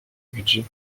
budget